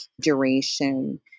duration